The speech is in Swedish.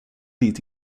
dit